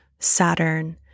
Saturn